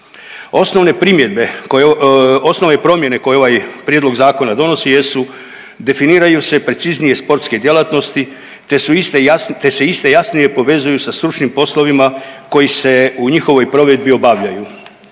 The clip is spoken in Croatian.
osnovne promjene koje ovaj prijedlog zakona donosi jesu definiraju se preciznije sportske djelatnosti te su iste, te se iste jasnije povezuju sa stručnim poslovima koji se u njihovoj provedbi obavljaju.